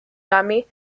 dummy